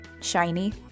shiny